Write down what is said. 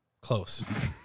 Close